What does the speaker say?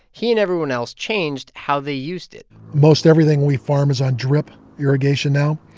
he and everyone else changed how they used it most everything we farm is on drip irrigation now.